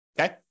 okay